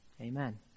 Amen